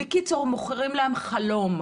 בקיצור, מוכרים להם חלום,